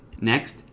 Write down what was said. Next